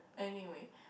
anyway